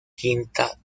quinta